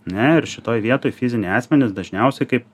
ne ir šitoj vietoj fiziniai asmenys dažniausiai kaip